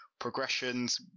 progressions